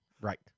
Right